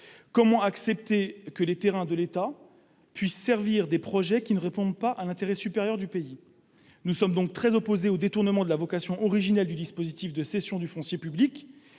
Comment accepter que les terrains de l'État puissent servir des projets qui ne répondent pas à l'intérêt supérieur du pays ? Nous sommes donc très opposés au détournement de la vocation originelle du dispositif de cession du foncier public.